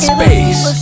Space